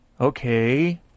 Okay